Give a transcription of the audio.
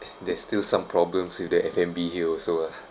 there's still some problems with the F&B here also ah